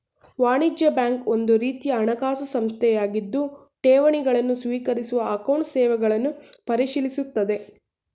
ವಾಣಿಜ್ಯ ಬ್ಯಾಂಕ್ ಒಂದುರೀತಿಯ ಹಣಕಾಸು ಸಂಸ್ಥೆಯಾಗಿದ್ದು ಠೇವಣಿ ಗಳನ್ನು ಸ್ವೀಕರಿಸುವ ಅಕೌಂಟ್ ಸೇವೆಗಳನ್ನು ಪರಿಶೀಲಿಸುತ್ತದೆ